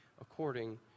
according